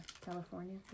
California